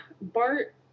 Bart